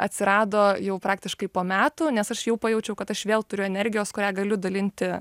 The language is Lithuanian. atsirado jau praktiškai po metų nes aš jau pajaučiau kad aš vėl turiu energijos kurią galiu dalinti